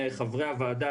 חברי הוועדה,